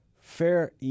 Fair